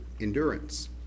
endurance